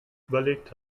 überlegt